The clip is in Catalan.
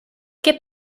què